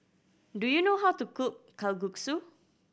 do you know how to cook Kalguksu